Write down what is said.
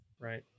right